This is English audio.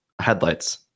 Headlights